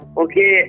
okay